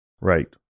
Right